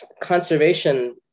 conservation